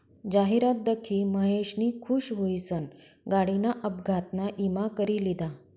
जाहिरात दखी महेशनी खुश हुईसन गाडीना अपघातना ईमा करी लिधा